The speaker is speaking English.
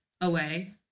away